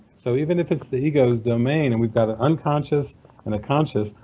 so even if it's the ego's domain and we've got an unconscious and a conscious,